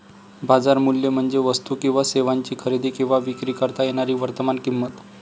बाजार मूल्य म्हणजे वस्तू किंवा सेवांची खरेदी किंवा विक्री करता येणारी वर्तमान किंमत